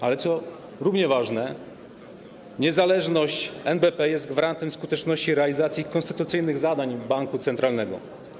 Ale co równie ważne, niezależność NBP jest gwarantem skuteczności realizacji konstytucyjnych zadań banku centralnego.